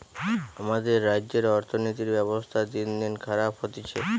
আমাদের রাজ্যের অর্থনীতির ব্যবস্থা দিনদিন খারাপ হতিছে